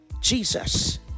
Jesus